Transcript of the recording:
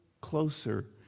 closer